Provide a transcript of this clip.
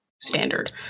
standard